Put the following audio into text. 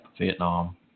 Vietnam